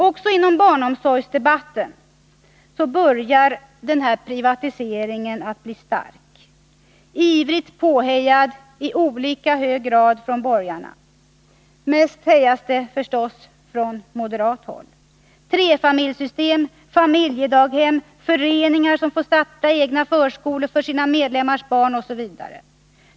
Även inom barnomsorgsdebatten börjar denna privatisering växa sig stark, ivrigt påhejad i olika grad från borgarna. Mest hejas det förstås från moderat håll. Det talas om trefamiljssystem, familjedaghem, föreningar som får starta egna förskolor för sina medlemmars barn osv.